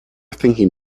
thinking